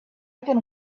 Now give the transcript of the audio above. can